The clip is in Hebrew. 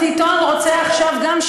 הוא מחכה שיהיו לו עוד 300,000 שקל